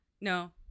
No